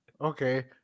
okay